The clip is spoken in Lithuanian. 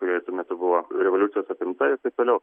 kuri tuo metu buvo revoliucijos apimta ir taip toliau